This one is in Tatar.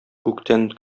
күктән